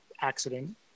accident